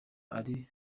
ari